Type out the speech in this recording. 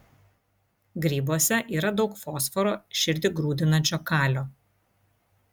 grybuose yra daug fosforo širdį grūdinančio kalio